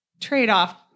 trade-off